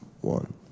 One